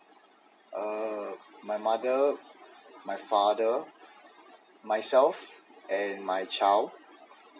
uh my mother my father myself and my child